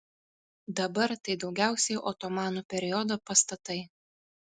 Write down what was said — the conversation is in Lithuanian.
dabar tai daugiausiai otomanų periodo pastatai